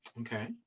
Okay